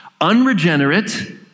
unregenerate